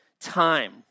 time